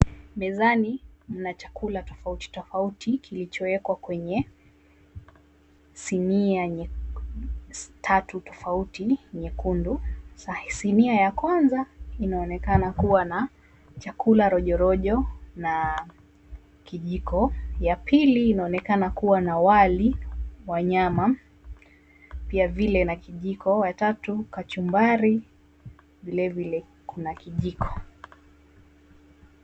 Mezani mna chakula tofauti tofauti kilichoekwa kwenye sinia tatu tofauti nyekundu. Sinia ya kwanza inaonekana kua na chakula rojorojo na kijiko, ya pili inaoneka kua na wali wa nyama pia vile na kijiko, wa tatu kachumbari vilevile kuna kijiko.